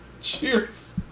cheers